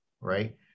right